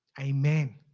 amen